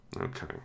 Okay